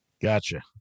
Gotcha